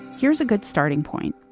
here's a good starting point.